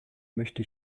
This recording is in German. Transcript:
möchte